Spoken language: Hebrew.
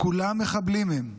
כולם מחבלים הם.